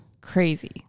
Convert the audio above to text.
Crazy